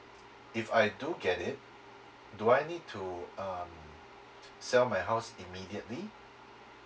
if I do get it do I need to um sell my house immediately